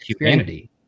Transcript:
humanity